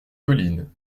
colline